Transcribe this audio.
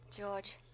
George